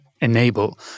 enable